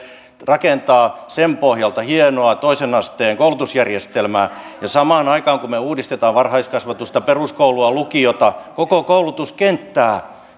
rakentaa sen pohjalta hienoa toisen asteen koulutusjärjestelmää samaan aikaan kun me uudistamme varhaiskasvatusta peruskoulua lukiota koko koulutuskenttää